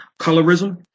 colorism